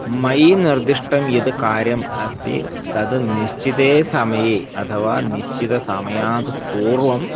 मयि निर्दिष्टं यद् कार्यम् अस्ति तद् निश्चिते समये अथवा निश्चितसमयात् पूर्वं